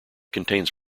contains